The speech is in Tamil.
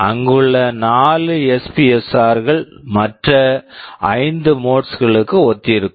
அங்குள்ள 4 எஸ்பிஎஸ்ஆர் SPSR கள் மற்ற 5 மோட்ஸ் modes களுக்கு ஒத்திருக்கும்